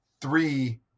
three